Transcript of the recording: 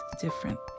different